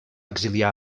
exiliar